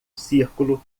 círculo